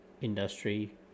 industry